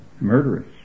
murderous